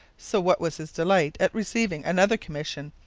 so what was his delight at receiving another commission,